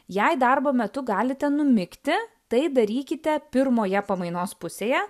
jei darbo metu galite numigti tai darykite pirmoje pamainos pusėje